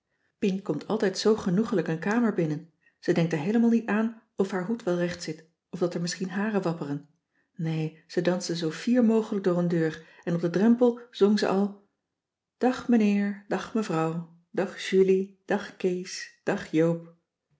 pien komt altijd zoo genoegelijk een kamer binnen ze denkt er heelemaal niet aan of haar hoed wel recht zit of dat er misschien haren wapperen nee ze danste zoo fier mogelijk door een deur en op den drempel zong ze al dag meneer dag mevrouw dag julie dag kees dag joop